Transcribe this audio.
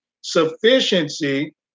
Sufficiency